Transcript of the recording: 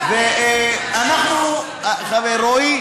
רועי,